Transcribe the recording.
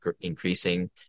increasing